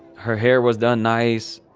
her hair was done nice.